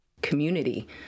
community